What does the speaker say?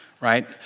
right